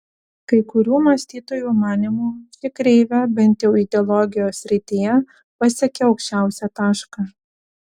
kai kurių mąstytojų manymu ši kreivė bent jau ideologijos srityje pasiekė aukščiausią tašką